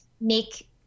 make